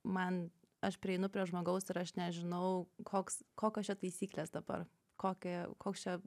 man aš prieinu prie žmogaus ir aš nežinau koks kokios čia taisyklės dabar kokia koks čia